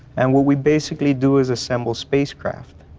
and what we basically do is assemble spacecraft.